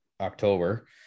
October